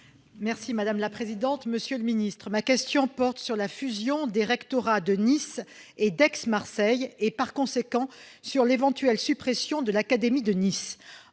et de la jeunesse. Monsieur le ministre, ma question porte sur la fusion des rectorats de Nice et d'Aix-Marseille et, par conséquent, sur l'éventuelle suppression de l'académie de Nice.